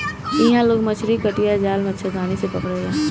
इहां लोग मछरी कटिया, जाल, मछरदानी से पकड़ेला